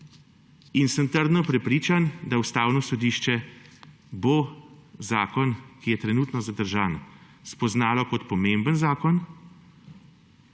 Sem trdno prepričan, da bo Ustavno sodišče zakon, ki je trenutno zadržan, spoznalo kot pomemben zakon.